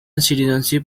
citizenship